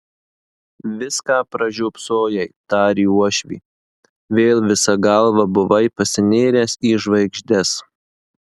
viską pražiopsojai tarė uošvė vėl visa galva buvai pasinėręs į žvaigždes